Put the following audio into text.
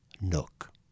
Nook